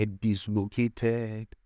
dislocated